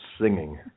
singing